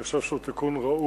אני חושב שהוא תיקון ראוי.